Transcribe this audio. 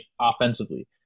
offensively